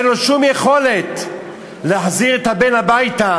אין לו שום יכולת להחזיר את הבן הביתה,